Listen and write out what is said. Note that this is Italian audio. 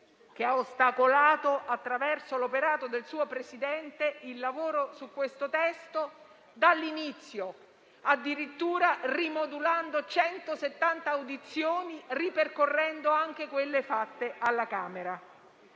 che ha ostacolato, attraverso l'operato del suo Presidente, il lavoro su questo testo fin dall'inizio, addirittura rimodulando 170 audizioni, ripercorrendo anche quelle fatte alla Camera.